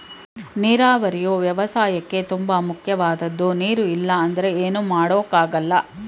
ನೀರಾವರಿಯು ವ್ಯವಸಾಯಕ್ಕೇ ತುಂಬ ಮುಖ್ಯವಾದದ್ದು ನೀರು ಇಲ್ಲ ಅಂದ್ರೆ ಏನು ಮಾಡೋಕ್ ಆಗಲ್ಲ